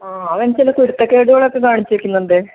ആ അവൻ ചില കുരുത്തക്കേടുകളൊക്കെ കാണിച്ചിരിക്കുന്നുണ്ട്